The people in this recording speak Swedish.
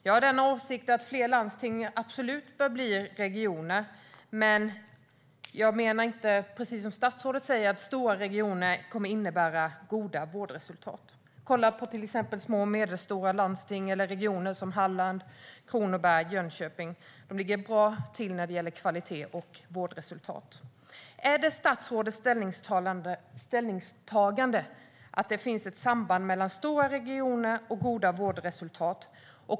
Jag är av den åsikten att fler landsting absolut bör bli regioner, men - precis som statsrådet säger - jag menar inte att stora regioner kommer att innebära goda vårdresultat. Små och medelstora landsting eller regioner som till exempel Halland, Kronoberg och Jönköping ligger bra till när det gäller kvalitet och vårdresultat. Är det statsrådets ställningstagande att det finns ett samband mellan stora regioner och goda vårdresultat?